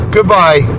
Goodbye